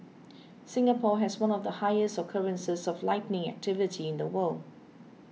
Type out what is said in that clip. Singapore has one of the highest occurrences of lightning activity in the world